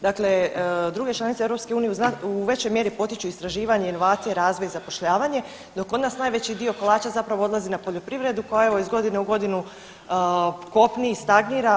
Dakle, druge članice EU u većoj mjeri potiču istraživanje, inovacije, razvoj i zapošljavanje dok kod nas najveći dio kolača zapravo odlazi na poljoprivredu koja evo iz godine u godinu kopni, stagnira.